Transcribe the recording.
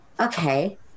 Okay